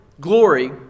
Glory